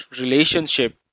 relationship